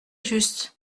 juste